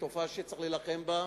תופעה שצריך להילחם בה,